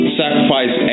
sacrifice